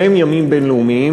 שניהם ימים בין-לאומיים.